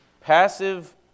passive